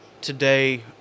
today